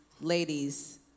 ladies